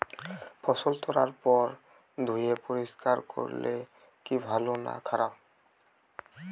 ফসল তোলার পর ধুয়ে পরিষ্কার করলে কি ভালো না খারাপ?